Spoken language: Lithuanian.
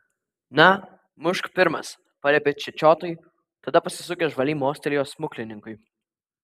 na mušk pirmas paliepė čečiotui tada pasisukęs žvaliai mostelėjo smuklininkui